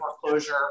foreclosure